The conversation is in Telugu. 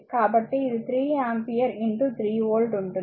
కాబట్టి ఇది 3 ఆంపియర్3 వోల్ట్ ఉంటుంది